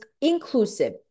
inclusive